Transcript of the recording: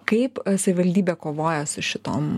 kaip savivaldybė kovoja su šitom